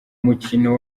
mukino